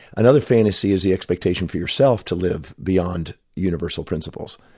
another fantasy is the expectation for yourself to live beyond universal principles,